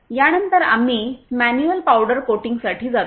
यानंतर आम्ही manual powder कोटिंगसाठी जातो